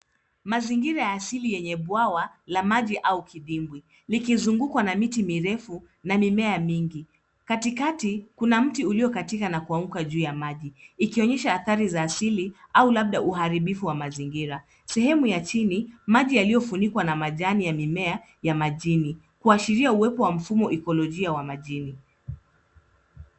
Mazingira ya asili yenye bwawa la maji au kidimbwi, likizungukwa na miti mirefu na mimea mingi. Katikati kuna mti ulio katika na kuanguka juu ya maji, ikionyesha athari za asili au labda uharibifu wa mazingira. Sehemu ya chini maji yaliofunikwa na majani ya mimea ya majini, kuashiria uwepo wa mfumo ikolojia wa majini.